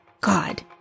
God